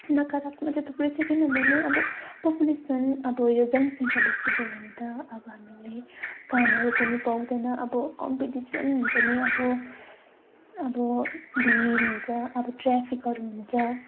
नकारात्मक चाहिँ थुप्रै छ किनभने अब पपुलेसन अब यो जनसङ्ख्या बेसी भयो भने त अब हामीले कामहरू पनि पाउँदैन अब कम्पिटिसन हुन्छ नि अब अब भिड हुन्छ अब ट्राफिकहरू हुन्छ